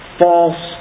false